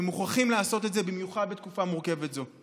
ומוכרחים לעשות את זה במיוחד בתקופה מורכבת זו.